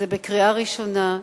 זה בקריאה ראשונה,